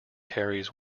carries